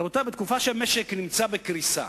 רבותי, בתקופה שבעולם המשק נמצא בקריסה,